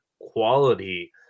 quality